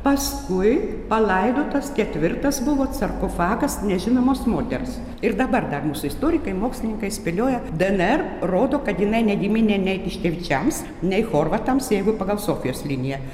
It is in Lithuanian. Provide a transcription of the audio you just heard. paskui palaidotas ketvirtas buvo sarkofagas nežinomos moters ir dabar dar mūsų istorikai mokslininkai spėlioja dnr rodo kad jinai ne giminė nei tiškevičiams nei chorvatams jeigu pagal sofijos liniją